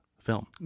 film